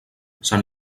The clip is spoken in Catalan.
sant